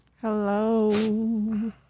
Hello